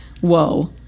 whoa